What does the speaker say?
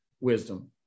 wisdom